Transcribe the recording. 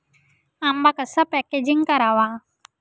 आंबा कसा पॅकेजिंग करावा?